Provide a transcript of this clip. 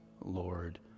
Lord